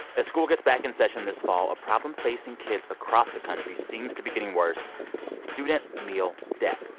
as school gets back in session this fall, a problem facing kids across the country seems to be getting worse student meal debt.